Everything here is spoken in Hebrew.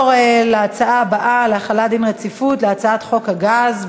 רצונה להחיל דין רציפות על הצעת חוק הצבת